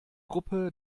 gruppe